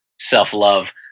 self-love